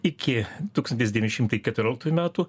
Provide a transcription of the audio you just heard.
iki tūkstantis devyni šimtai keturioliktųjų metų